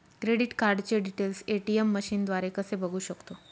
Credit कार्डचे details ATM मशीनद्वारे कसे बघू शकतो?